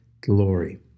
glory